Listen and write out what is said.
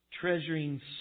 treasuring